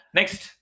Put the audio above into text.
Next